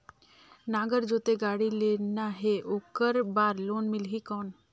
नागर जोते गाड़ी लेना हे ओकर बार लोन मिलही कौन?